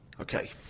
Okay